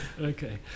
Okay